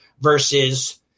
versus